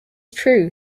true